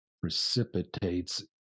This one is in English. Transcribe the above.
precipitates